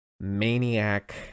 Maniac